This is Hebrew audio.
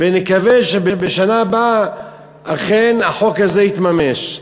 ונקווה שבשנה הבאה אכן החוק הזה יתממש.